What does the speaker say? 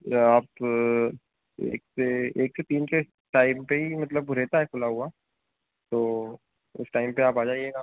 आप एक से एक से तीन के टाइम पर ही मतलब वह रहता है खुला हुआ तो उस टाइम पर आप आ जाइएगा